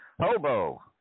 hobo